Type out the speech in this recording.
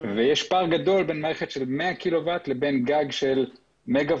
ויש פער גדול בין מערכת של 100 קילוואט לבין גג של מגה-ואט.